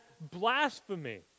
blasphemy